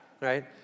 right